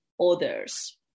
others